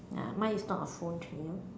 ya mine is not a phone thingy